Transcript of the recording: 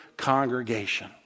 congregation